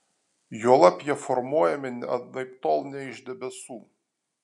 juolab jie formuojami anaiptol ne iš debesų